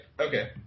Okay